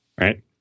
right